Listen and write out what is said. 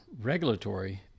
regulatory